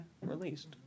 released